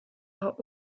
are